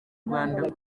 rwanda